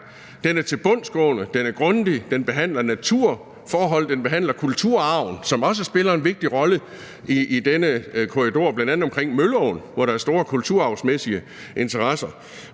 Den er tilbundsgående, den er grundig, den behandler naturforholdene, og den behandler kulturarven, som også spiller en vigtig rolle i denne korridor, bl.a. omkring Mølleåen, hvor der er store kulturarvsmæssige interesser.